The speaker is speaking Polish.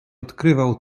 odkrywał